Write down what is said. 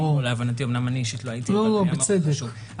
ברור, בצדק.